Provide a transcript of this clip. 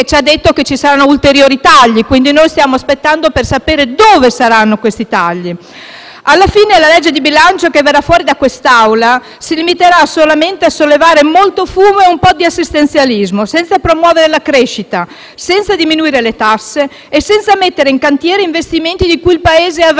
ci ha detto che vi saranno ulteriori tagli, quindi, noi stiamo aspettando per sapere dove saranno effettuati questi tagli. Alla fine, la legge di bilancio che verrà fuori da quest'Aula si limiterà solamente a sollevare molto fumo e un po' di assistenzialismo, senza promuovere la crescita, senza diminuire le tasse e senza mettere in cantiere investimenti di cui il Paese avrebbe